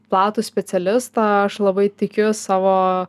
platų specialistą aš labai tikiu savo